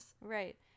right